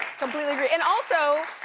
completely agree. and also,